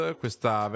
questa